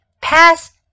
Pass